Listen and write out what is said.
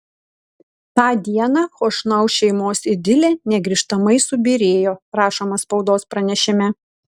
tą dieną chošnau šeimos idilė negrįžtamai subyrėjo rašoma spaudos pranešime